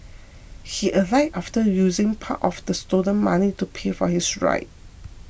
he alighted after using part of the stolen money to pay for his ride